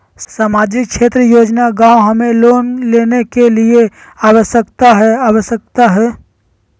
सामाजिक क्षेत्र योजना गांव हमें लाभ लेने के लिए जाना आवश्यकता है आवश्यकता है?